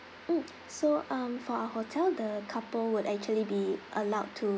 mm so um for our hotel the couple would actually be allowed to